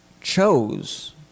chose